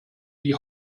die